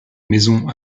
maisons